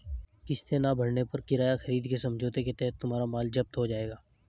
किस्तें ना भरने पर किराया खरीद के समझौते के तहत तुम्हारा माल जप्त हो जाएगा